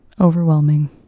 overwhelming